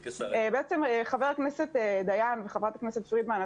חבר הכנסת דיין וחברת הכנסת פרידמן,